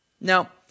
Now